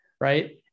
right